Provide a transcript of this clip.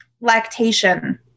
lactation